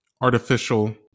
artificial